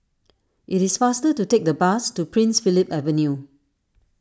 it is faster to take the bus to Prince Philip Avenue